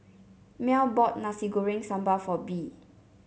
Mell bought Nasi Goreng Sambal for Bee